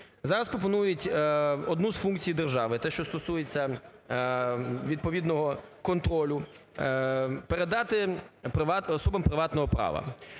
Зараз пропонують одну з функцій держави – те, що стосується відповідного контролю, - передати особам приватного права.